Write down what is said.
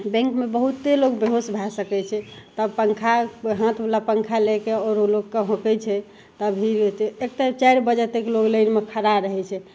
बैँकमे बहुत लोक बेहोश भै सकै छै तब पन्खा हाथवला पन्खा लैके आओर लोकके हौँकै छै तभी एतेक एकर चारि बजे तक लोक लाइनमे खड़ा रहै छै